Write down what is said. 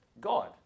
God